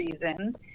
reason